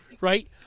Right